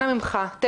ממחישים לכולנו ש-?